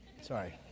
Sorry